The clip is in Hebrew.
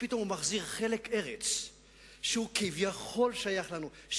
ופתאום הוא מחזיר חלק ארץ שכביכול שייך לנו,